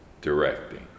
directing